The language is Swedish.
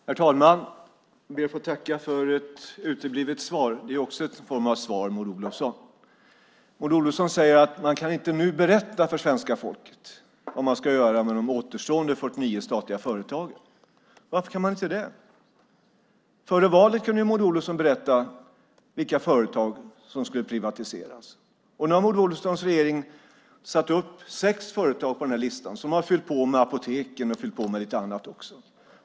Herr talman! Jag ber att få tacka för ett uteblivet svar. Det är ju också en form av svar, Maud Olofsson. Maud Olofsson säger att man inte nu kan berätta för svenska folket vad man ska göra med de återstående 49 statliga företagen. Varför kan man inte det? Före valet kunde ju Maud Olofsson berätta vilka företag som skulle privatiseras. Nu har Maud Olofsson satt upp sex företag på den här listan. Och så har man fyllt på med apoteken och lite annat också.